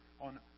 on